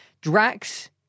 drax